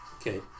Okay